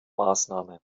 maßnahme